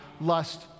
lust